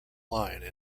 line